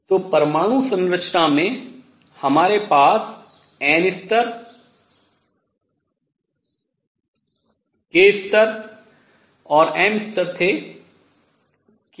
तो परमाणु संरचना में हमारे पास n स्तर k स्तर और m स्तर थे